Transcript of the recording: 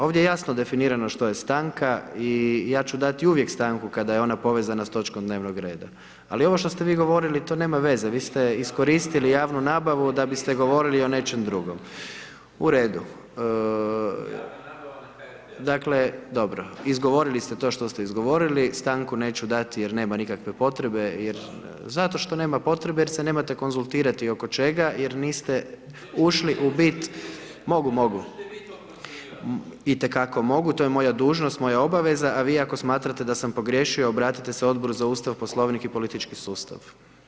Ovdje je jasno definirano što je stanka i ja ću dati uvijek stanku kada je ona povezana s točkom dnevnog reda, ali ovo što ste vi govorili, to nema veze, vi ste iskoristili javnu nabavu, da biste govorili o nečem drugom. … [[Upadica se ne čuje.]] U redu, dakle, dobro, izgovorili ste to što ste izgovorili, stanku neću dati jer nema nikakve potrebe, zato što nema potrebe, jer se nemate konzultirati oko čega jer niste ušli u bit, mogu, mogu. … [[Upadica se ne čuje.]] Itekako mogu, to je moja dužnost, moja obaveza, a vi ako smatrate da sam pogriješio, obratiti se Odboru za Ustav, Poslovnik i politički sustav.